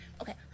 okay